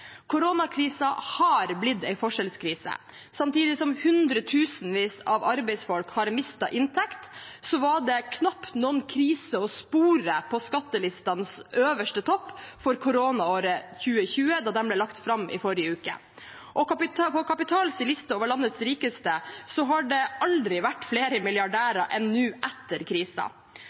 har blitt en forskjellskrise. Samtidig som hundretusenvis av arbeidsfolk har mistet inntekt, var det knapt noen krise å spore på skattelistenes øverste topp for koronaåret 2020, da de ble lagt fram i forrige uke. På Kapitals liste over landets rikeste har det aldri vært flere milliardærer enn nå, etter